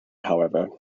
however